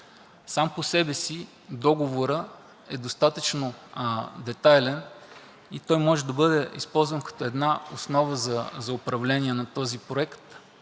Сам по себе си договорът е достатъчно детайлен и той може да бъде използван като основа за управление на този проект.